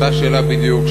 אותה שאלה בדיוק,